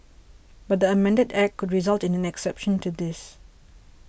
but the amended Act could result in an exception to this